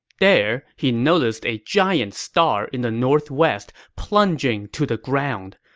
there, he noticed a giant star in the northwest plunging to the ground.